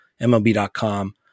MLB.com